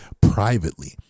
privately